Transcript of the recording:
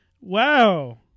Wow